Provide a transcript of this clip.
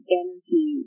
energy